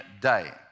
day